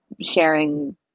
sharing